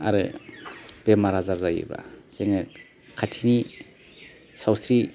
आरो बेमार आजार जायोबा जोङो खाथिनि सावस्रि